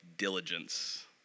diligence